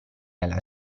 alla